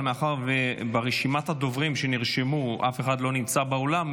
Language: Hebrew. אבל מאחר שמרשימת הדוברים שנרשמו אף אחד לא נמצא באולם,